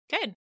Good